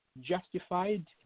justified